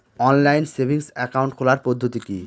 Online savings account খোলার পদ্ধতি কি?